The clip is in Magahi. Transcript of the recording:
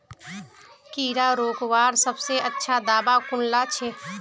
कीड़ा रोकवार सबसे अच्छा दाबा कुनला छे?